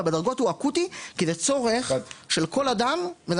בדרגות הוא אקוטי כי זה צורך של כל אדם וזה